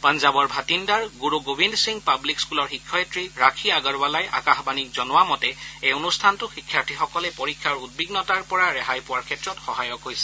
পঞ্জাৱৰ ভাটিগুৰ গুৰু গোৱিন্দ সিং পাব্লিক স্থূলৰ শিক্ষয়িত্ৰী ৰাখী আগৰৱালাই আকাশবাণীক জনোৱা মতে এই অনুষ্ঠানটো শিক্ষাৰ্থীসকলে পৰীক্ষাৰ উদ্বিগ্নতাৰ পৰা ৰেহাই পোৱাৰ ক্ষেত্ৰত সহায়ক হৈছে